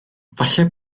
falle